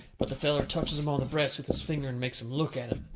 but the feller touches him on the breast with his finger, and makes him look at him.